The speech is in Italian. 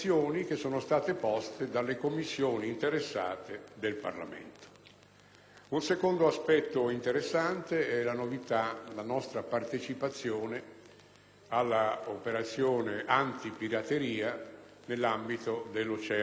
Un secondo aspetto interessante - la novità - è la nostra partecipazione all'operazione antipirateria nell'Oceano indiano. Anche questo è un motivo di soddisfazione per noi,